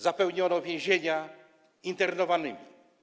Zapełniono więzienia internowanymi.